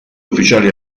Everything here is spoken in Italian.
ufficiali